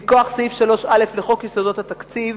מכוח סעיף 3א לחוק יסודות התקציב.